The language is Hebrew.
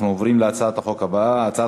אנחנו עוברים להצעת החוק הבאה: הצעת